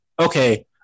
okay